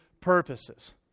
purposes